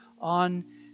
on